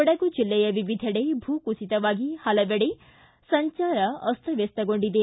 ಕೊಡಗು ಜಿಲ್ಲೆಯ ವಿವಿಧೆಡೆ ಭೂಕುಸಿತವಾಗಿ ಪಲವೆಡೆ ಸಂಚಾರ ಅಸ್ತವ್ಯಸ್ತಗೊಂಡಿದೆ